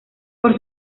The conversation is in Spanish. por